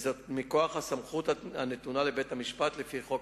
וזאת מכוח הסמכות הנתונה לבית-המשפט לפי חוק